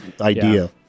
idea